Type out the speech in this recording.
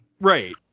Right